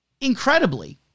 incredibly